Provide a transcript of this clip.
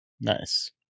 Nice